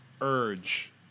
urge